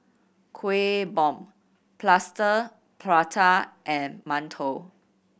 Kueh Bom Plaster Prata and mantou